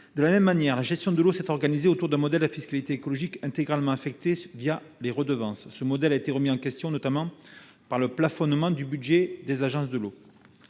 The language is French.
De la même manière, la gestion de l'eau s'est organisée selon un modèle de fiscalité écologique intégralement affectée, les redevances. Ce modèle a été remis en question, en particulier par le plafonnement du budget des agences de l'eau.